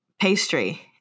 pastry